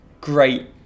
great